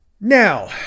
Now